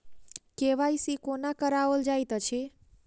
KYC कोना कराओल जाइत अछि?